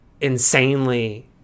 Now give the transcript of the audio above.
insanely